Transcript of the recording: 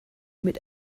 mit